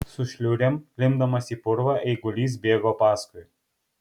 su šliurėm klimpdamas į purvą eigulys bėgo paskui